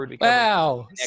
Wow